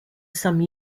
some